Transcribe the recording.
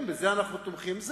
גם בזה אנחנו תומכים.